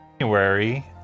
January